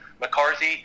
McCarthy